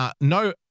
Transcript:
no